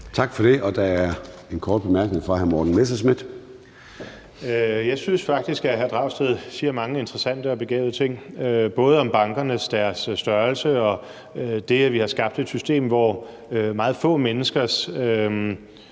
hr. Morten Messerschmidt. Kl. 13:31 Morten Messerschmidt (DF): Jeg synes faktisk, hr. Pelle Dragsted siger mange interessante og begavede ting, både om bankernes størrelse og det, at vi har skabt et system, hvor meget få menneskers